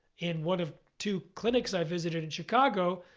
in one of two clinics, i visited in chicago.